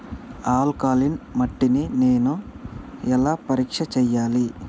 Alkaline మట్టి ని నేను ఎలా పరీక్ష చేయాలి?